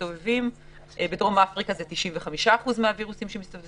שמסתובבים ובדרום אפריקה הוא 95% מהווירוסים שמסתובבים.